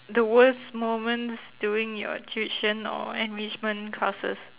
the worse moments during your tuition or enrichment classes